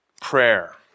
prayer